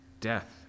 Death